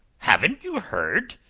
hadn't you heard?